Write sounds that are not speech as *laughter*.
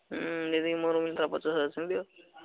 ହୁଁ ଯଦି ମୋର *unintelligible* ପଚାଶ ହଜାର ସେମିତି ଦିଅ